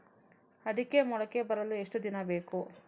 ಅಡಿಕೆ ಮೊಳಕೆ ಬರಲು ಎಷ್ಟು ದಿನ ಬೇಕು?